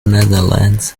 netherlands